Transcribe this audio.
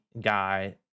guy